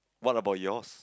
what about yours